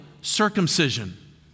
circumcision